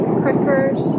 crackers